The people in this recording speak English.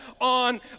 on